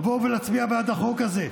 לבוא ולהצביע בעד החוק הזה.